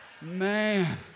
Man